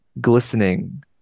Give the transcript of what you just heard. glistening